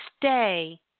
stay